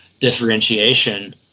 differentiation